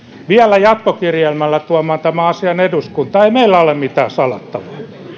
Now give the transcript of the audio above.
vielä jatkokirjelmällä tuomaan tämän asian eduskuntaan ei meillä ole mitään salattavaa